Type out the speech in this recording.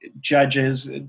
judges